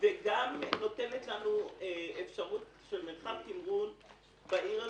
וגם נותנת לנו אפשרות של מרחב תמרון בעיר הזאת,